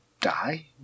die